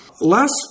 Last